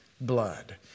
blood